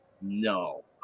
No